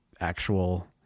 actual